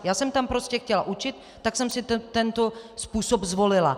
Já jsem tam prostě chtěla učit, tak jsem si tento způsob zvolila.